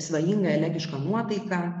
svajingą elegišką nuotaiką